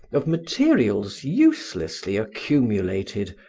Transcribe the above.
of materials uselessly accumulated,